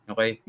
Okay